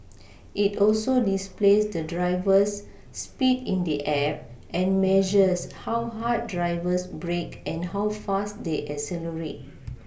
it also displays the driver's speed in the app and measures how hard drivers brake and how fast they accelerate